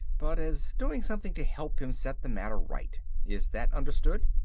but as doing something to help him set the matter right. is that understood?